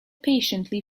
patiently